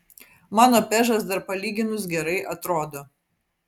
mano pežas dar palyginus gerai atrodo